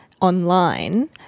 online